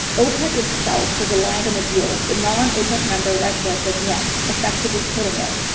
opec itself was aligned on the deal, but non-opec member russia said nyet, effectively killing it.